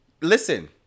Listen